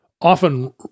often